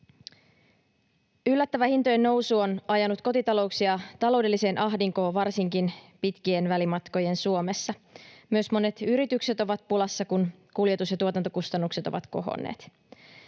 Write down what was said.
Yllättävä hintojen nousu on ajanut kotitalouksia taloudelliseen ahdinkoon varsinkin pitkien välimatkojen Suomessa. Myös monet yritykset ovat pulassa, kun kuljetus- ja tuotantokustannukset ovat kohonneet.